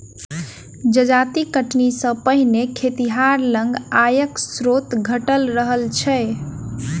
जजाति कटनी सॅ पहिने खेतिहर लग आयक स्रोत घटल रहल छै